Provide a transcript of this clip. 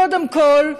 קודם כול,